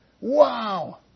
Wow